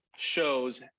shows